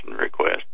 request